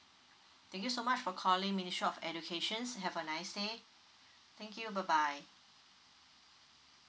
thank you so much for calling ministry of educations have a nice day thank you bye bye